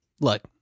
Look